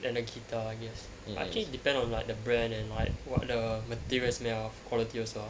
than the guitar I guess I think it depends on like the brand and like what the materials made of quality also uh